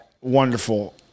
Wonderful